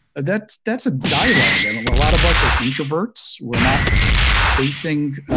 that's that's a dialog, and a lot of us are introverts. we're not facing